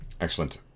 Excellent